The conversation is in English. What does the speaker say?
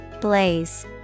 Blaze